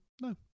no